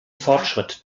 fortschritt